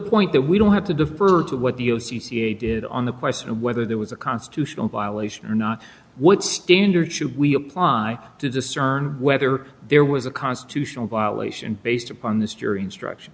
point that we don't have to defer to what the o c a did on the question of whether there was a constitutional violation or not what standard should we apply to discern whether there was a constitutional violation based upon this jury instruction